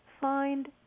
find